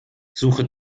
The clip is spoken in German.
suche